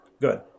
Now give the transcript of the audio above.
good